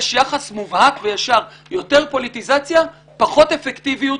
יש יחס מובהק וישר שכשיש יותר פוליטיזציה יש פחות אפקטיביות,